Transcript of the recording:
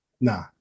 nah